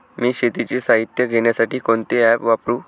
मी शेतीचे साहित्य घेण्यासाठी कोणते ॲप वापरु?